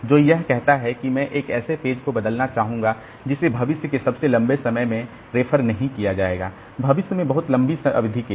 जो यह कहता है कि मैं एक ऐसे पेज को बदलना चाहूंगा जिसे भविष्य के सबसे लंबे समय में रेफर नहीं किया जाएगा भविष्य में बहुत लंबी अवधि के लिए